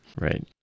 Right